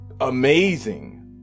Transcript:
amazing